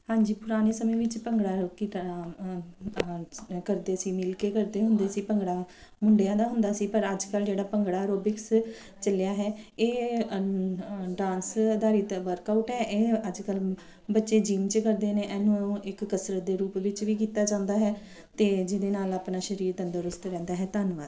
ਹਾਂਜੀ ਪੁਰਾਣੇ ਸਮੇਂ ਵਿੱਚ ਭੰਗੜਾ ਲੋਕੀ ਕਰ ਕਰਦੇ ਸੀ ਮਿਲ ਕੇ ਕਰਦੇ ਹੁੰਦੇ ਸੀ ਭੰਗੜਾ ਮੁੰਡਿਆਂ ਦਾ ਹੁੰਦਾ ਸੀ ਪਰ ਅੱਜ ਕੱਲ੍ਹ ਜਿਹੜਾ ਭੰਗੜਾ ਐਰੋਬਿਕਸ ਚੱਲਿਆ ਹੈ ਇਹ ਡਾਂਸ ਅਧਾਰਿਤ ਵਰਗਆਉਟ ਹੈ ਇਹ ਅੱਜ ਕੱਲ੍ਹ ਬੱਚੇ ਜਿੰਮ 'ਚ ਕਰਦੇ ਨੇ ਇਹਨੂੰ ਇੱਕ ਕਸਰਤ ਦੇ ਰੂਪ ਵਿੱਚ ਵੀ ਕੀਤਾ ਜਾਂਦਾ ਹੈ ਅਤੇ ਜਿਹਦੇ ਨਾਲ ਆਪਣਾ ਸਰੀਰ ਤੰਦਰੁਸਤ ਰਹਿੰਦਾ ਹੈ ਧੰਨਵਾਦ